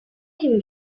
him